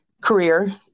career